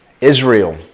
Israel